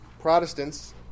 Protestants